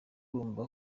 bumva